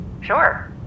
Sure